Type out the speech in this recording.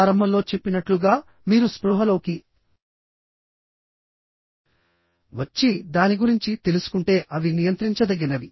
ఇప్పుడు అది చెడ్డ వార్తగా అనిపిస్తే శుభవార్త ఏమిటంటే ప్రారంభంలో చెప్పినట్లుగా మీరు స్పృహలోకి వచ్చి దాని గురించి తెలుసుకుంటే అవి నియంత్రించదగినవి